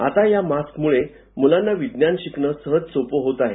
आता या मास्कमुळे मुलांना विज्ञान शिकणं सहज सोपं होत आहे